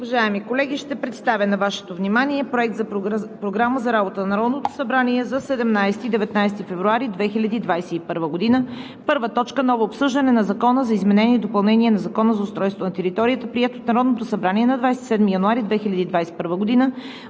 Уважаеми колеги, ще представя на Вашето внимание Проект за програма за работа на Народното събрание за 17 – 19 февруари 2021 г. „1. Ново обсъждане на Закона за изменение и допълнение на Закона за устройство на територията, приет от Народното събрание на 27 януари 2021 г.,